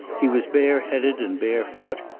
he was bare-headed and bare-foot.